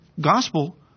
gospel